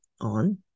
on